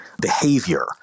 behavior